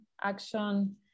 action